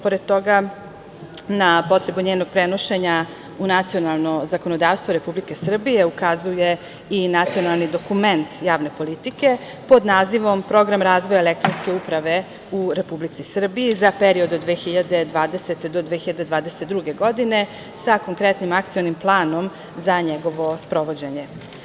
Pored toga, na potrebu njenog prenošenja u nacionalno zakonodavstvo Republike Srbije ukazuje i nacionalni dokument javne politike pod nazivom „Program razvoja elektronske uprave u Republici Srbiji za period od 2020. do 2022. godine“ sa konkretnim akcionim planom za njegovo sprovođenje.